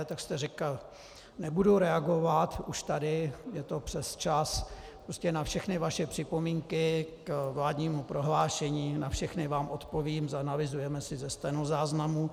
Říkal jste: Nebudu reagovat už tady, je to přes čas, na všechny vaše připomínky k vládnímu prohlášení, na všechny vám odpovím, zanalyzujeme si ze stenozáznamu.